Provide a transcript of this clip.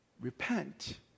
Repent